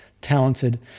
talented